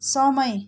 समय